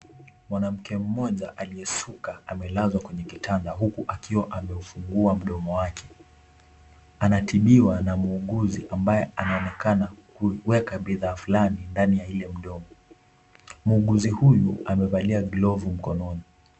Mwanamke mmoja aliyesuka amelazwa kwenye kitanda huku akiwa ameufungua mdomo wake. Anatibiwa na muuguzi ambaye anaonekana kuweka bidhaa fulani ndani ya ile mdomo. Muuguzi huyu amevalia glovu mkononi.